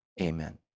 amen